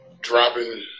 dropping